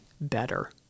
better